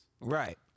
Right